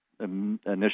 initial